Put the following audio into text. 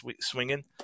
swinging